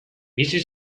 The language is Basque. bizi